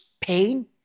pain